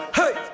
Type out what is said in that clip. hey